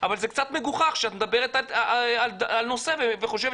אבל זה קצת מגוחך שאת מדברת על נושא וחושבת